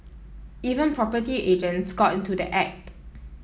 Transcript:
even property agents got into the act